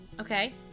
okay